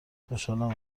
خوشحالم